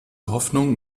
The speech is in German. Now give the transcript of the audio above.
hoffnung